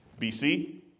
BC